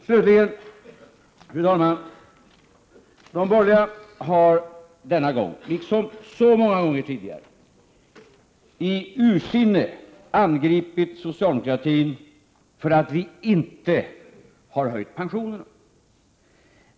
Slutligen: De borgerliga har denna gång, liksom så många gånger tidigare, i ursinne angripit socialdemokratin för att den inte har höjt pensionerna.